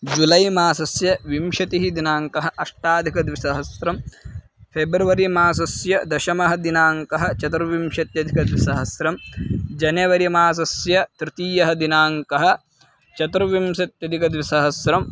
जुलै मासस्य विंशतिः दिनाङ्कः अष्टाधिकद्विसहस्रं फ़ेब्रवरि मासस्य दशमः दिनाङ्कः चतुर्विंशत्यधिकद्विसहस्रं जनेवरि मासस्य तृतीयः दिनाङ्कः चतुर्विंशत्यदिकद्विसहस्रं